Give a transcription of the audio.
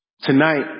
Tonight